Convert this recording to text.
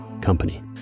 company